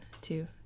two